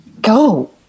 Go